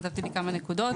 כתבתי לי כמה נקודות.